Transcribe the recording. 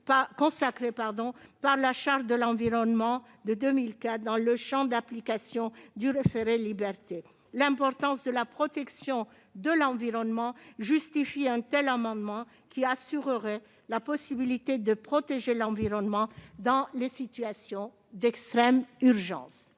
consacrés par la Charte de l'environnement de 2004 dans le champ d'application du référé-liberté. L'importance de la protection de l'environnement justifie un tel amendement. Son adoption assurerait la possibilité de protéger l'environnement dans des situations d'extrême urgence.